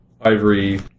Ivory